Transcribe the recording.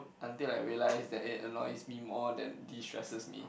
until I realise that it annoys me more than destresses me